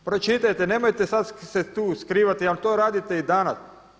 Pročitajte, nemojte sad se tu skrivati, jer to radite i danas.